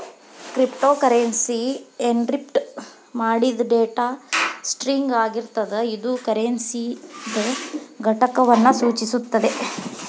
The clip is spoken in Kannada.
ಕ್ರಿಪ್ಟೋಕರೆನ್ಸಿ ಎನ್ಕ್ರಿಪ್ಟ್ ಮಾಡಿದ್ ಡೇಟಾ ಸ್ಟ್ರಿಂಗ್ ಆಗಿರ್ತದ ಇದು ಕರೆನ್ಸಿದ್ ಘಟಕವನ್ನು ಸೂಚಿಸುತ್ತದೆ